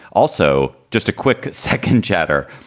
also, just a quick second, chatur,